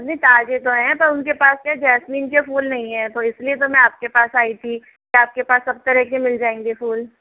नहीं ताज़े तो है पर उनके पास में जैस्मिन के फूल नहीं है इसलिए तो में आपके पास आई थी आपके पास सब तरह के मिल जायेंगे फूल